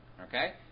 Okay